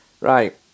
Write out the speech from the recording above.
Right